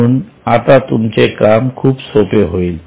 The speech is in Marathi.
म्हणून आता तुमचे काम खूप सोपे होईल